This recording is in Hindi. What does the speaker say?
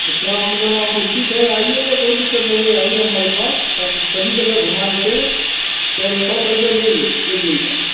अच्छा आप मतलब आपको उचित है आइए कोई दिक्कत नहीं है आइए हमारे पास सब सभी जगह घुमा देते हैं केवल छे सौ रुपये लेंगे एक दिन का